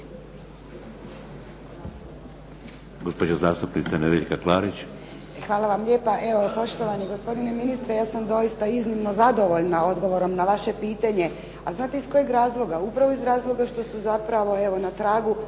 Hvala vam lijepa.